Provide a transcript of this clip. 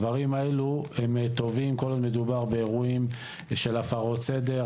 הדברים האלו הם טובים כל עוד מדובר באירועים שלהפרות סדר.